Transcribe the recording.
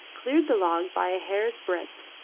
cleared the log by a hair's breadth,